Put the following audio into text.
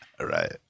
Right